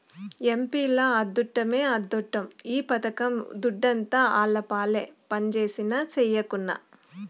ఎంపీల అద్దుట్టమే అద్దుట్టం ఈ పథకం దుడ్డంతా ఆళ్లపాలే పంజేసినా, సెయ్యకున్నా